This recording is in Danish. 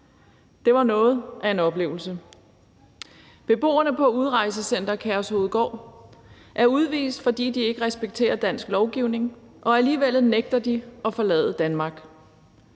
Det var noget af en oplevelse. Beboerne på Udrejsecenter Kærshovedgård er udvist, fordi de ikke respekterer dansk lovgivning, og alligevel nægter de at forlade Danmark,